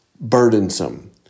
burdensome